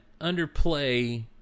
underplay